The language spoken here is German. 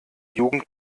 jugend